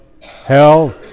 hell